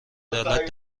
عدالت